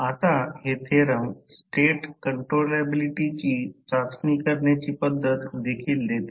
आता हे theorem state कंट्रोलॅबिलिटीची चाचणी करण्याची पद्धत देखील देते